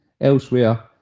elsewhere